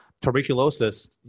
tuberculosis